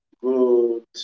good